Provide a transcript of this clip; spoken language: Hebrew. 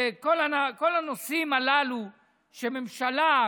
בכל הנושאים הללו הממשלה,